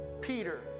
Peter